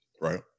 right